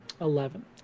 Eleven